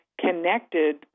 connected